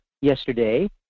yesterday